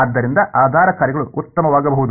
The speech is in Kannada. ಆದ್ದರಿಂದ ಆಧಾರ ಕಾರ್ಯಗಳು ಉತ್ತಮವಾಗಬಹುದು